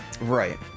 Right